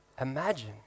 Imagine